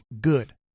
good